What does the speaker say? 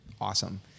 awesome